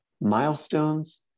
milestones